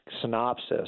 synopsis